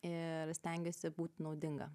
ir stengiuosi būt naudinga